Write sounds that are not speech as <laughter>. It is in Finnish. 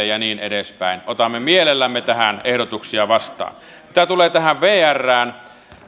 <unintelligible> ja niin edespäin otamme mielellämme tähän ehdotuksia vastaan mitä tulee tähän vrään niin